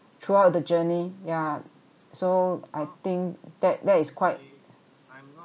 throughout the journey yeah so I think that that is quite